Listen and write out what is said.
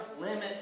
limit